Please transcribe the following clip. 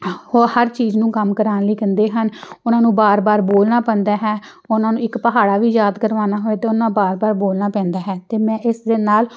ਉਹ ਹਰ ਚੀਜ਼ ਨੂੰ ਕੰਮ ਕਰਵਾਉਣ ਲਈ ਕਹਿੰਦੇ ਹਨ ਉਹਨਾਂ ਨੂੰ ਬਾਰ ਬਾਰ ਬੋਲਣਾ ਪੈਂਦਾ ਹੈ ਉਹਨਾਂ ਨੂੰ ਇੱਕ ਪਹਾੜਾ ਵੀ ਯਾਦ ਕਰਵਾਉਣਾ ਹੋਏ ਅਤੇ ਉਹਨਾਂ ਬਾਰ ਬਾਰ ਬੋਲਣਾ ਪੈਂਦਾ ਹੈ ਅਤੇ ਮੈਂ ਇਸ ਦੇ ਨਾਲ